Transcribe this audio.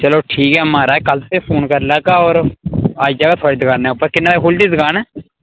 चलो ठीक ऐ महाराज कल फ्ही फोन करी लैगा होर आई जाह्गा थोआढ़ी दकाना उप्पर किन्ने बजे खुलदी दकान